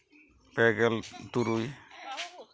ᱯᱮᱜᱮᱞ ᱛᱩᱨᱩᱭ